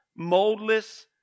moldless